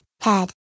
head